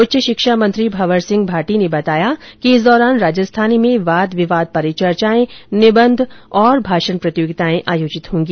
उच्च शिक्षा मंत्री भंवर सिंह भाटी ने बताया कि इस दौरान राजस्थानी में वाद विवाद परिचर्चायें निबन्ध और भाषण प्रतियोगिताएं आयोजित होंगी